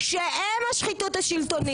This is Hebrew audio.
-- שהם השחיתות השלטונית.